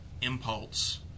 Impulse